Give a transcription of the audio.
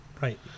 Right